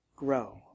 grow